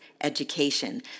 education